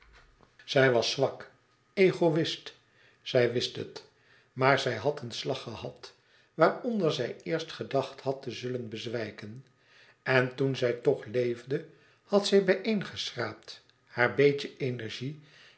zij was zwak egoïst zij wist het maar zij had een slag gehad waaronder zij eerst gedacht had te zullen bezwijken en toen zij toch leefde had zij bij éen geschraapt haar beetje energie